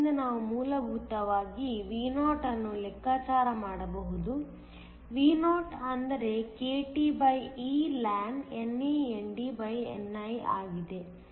ಆದ್ದರಿಂದ ನಾವು ಮೂಲಭೂತವಾಗಿ Vo ಅನ್ನು ಲೆಕ್ಕಾಚಾರ ಮಾಡಬಹುದು Vo ಅಂದರೆ kTeln NANDni2 ಆಗಿದೆ